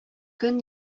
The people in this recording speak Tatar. көн